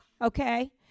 okay